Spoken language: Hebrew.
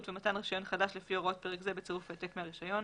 ומתן רישיון חדש לפי הוראות פרק זה בצירוף העתק מהרישיון.